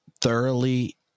thoroughly